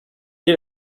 est